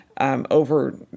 Over